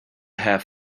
have